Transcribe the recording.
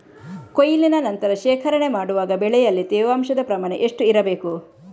ಕೊಯ್ಲಿನ ನಂತರ ಶೇಖರಣೆ ಮಾಡುವಾಗ ಬೆಳೆಯಲ್ಲಿ ತೇವಾಂಶದ ಪ್ರಮಾಣ ಎಷ್ಟು ಇರಬೇಕು?